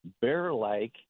Bear-like